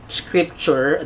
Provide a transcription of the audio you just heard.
scripture